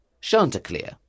Chanticleer